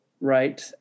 right